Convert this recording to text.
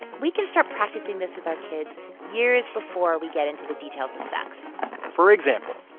we can start practicing this with our kids years before we get into the details of sex for example,